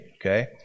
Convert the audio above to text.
Okay